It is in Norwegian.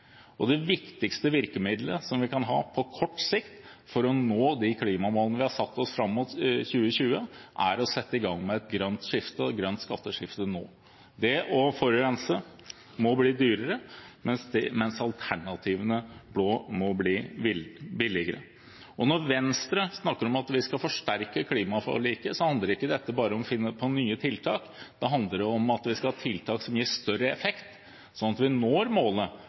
Det viktigste virkemidlet vi kan ha på kort sikt for å nå de klimamålene vi har satt oss fram mot 2020, er å sette i gang med et grønt skatteskifte nå. Det å forurense må bli dyrere, mens alternativene må bli billigere. Når Venstre snakker om at vi skal forsterke klimaforliket, handler det ikke bare om å finne på nye tiltak. Da handler det om at vi skal vi ha tiltak som gir større effekt, sånn at vi når målet